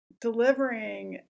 delivering